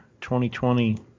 2020